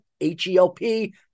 H-E-L-P